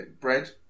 Bread